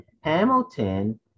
Hamilton